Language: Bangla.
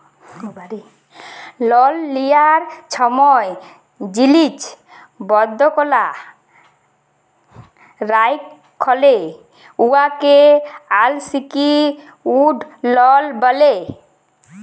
লল লিয়ার ছময় জিলিস বল্ধক লা রাইখলে উয়াকে আলসিকিউর্ড লল ব্যলে